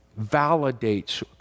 validates